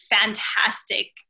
fantastic